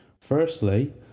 Firstly